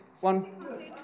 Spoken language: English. One